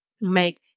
make